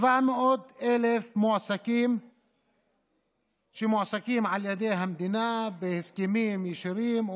700,000 מועסקים שמועסקים על ידי המדינה בהסכמים ישירים,